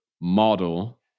model